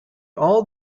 all